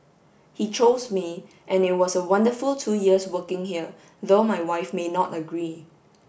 he chose me and it was a wonderful two years working here though my wife may not agree